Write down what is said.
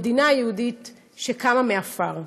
המדינה היהודית שקמה מעפר.